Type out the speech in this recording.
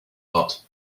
lot